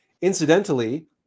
Incidentally